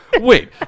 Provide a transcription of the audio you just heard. wait